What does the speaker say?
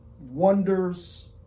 wonders